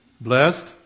Blessed